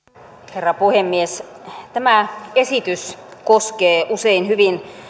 herra puhemies tämä esitys koskee usein hyvin